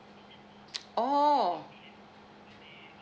oh